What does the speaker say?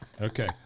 Okay